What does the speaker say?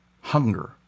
hunger